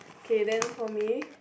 K then for me